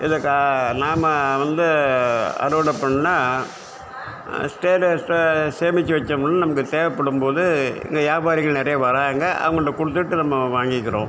இதை க நாம் வந்து அறுவடை பண்ணால் ஸ்டேட ஷே சேமிச்சு வச்சோ முன் நமக்கு தேவைப்படும் போது இங்கே வியாபாரிகள் நிறைய வர்கிறாங்க அவங்கள்கிட்ட கொடுத்துட்டு நம்ம வாங்கிக்கிறோம்